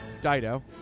Dido